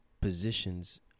positions